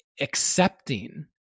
accepting